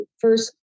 first